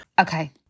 Okay